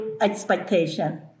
expectation